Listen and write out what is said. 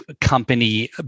company